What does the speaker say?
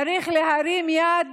צריך להרים יד